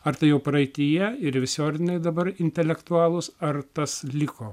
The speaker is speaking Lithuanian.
ar tai jau praeityje ir visi ordinai dabar intelektualūs ar tas liko